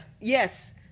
Yes